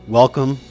welcome